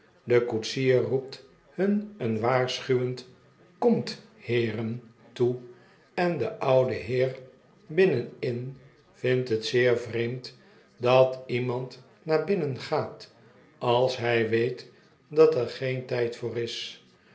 de koetsier roept hun een waarschuwend komt heeren toe en de oude heer binnenin vindt het zeer vreemd dat iemand naar binnen gaat als hij weet dat er geen tijd voor is